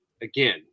again